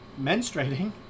menstruating